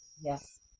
yes